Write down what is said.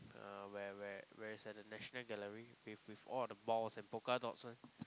uh where where where it's at National Gallery with with all the balls and polka dots one